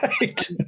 Right